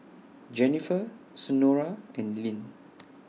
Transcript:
Jennifer Senora and Lynne